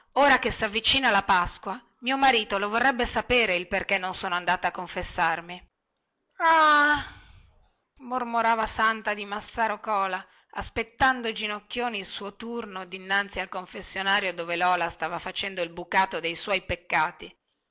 ora che savvicina la pasqua mio marito lo vorrebbe sapere il perchè non sono andata a confessarmi ah mormorava santa di massaro cola aspettando ginocchioni il suo turno dinanzi al confessionario dove lola stava facendo il bucato dei suoi peccati